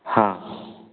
ହଁ